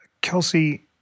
Kelsey